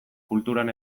kulturan